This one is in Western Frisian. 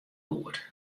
goed